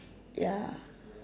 ya